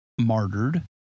martyred